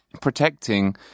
protecting